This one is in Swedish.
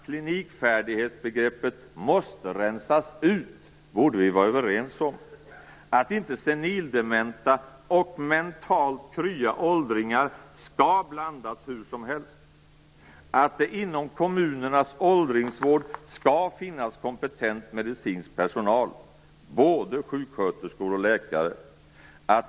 Klinikfärdighetsbegreppet måste rensas ut, det borde vi vara överens om. Senildementa och mentalt krya åldringar skall inte blandas hur som helst. Inom kommunernas åldringsvård skall det finnas kompetent medicinsk personal - både sjuksköterskor och läkare.